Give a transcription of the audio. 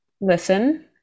listen